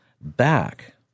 back